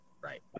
right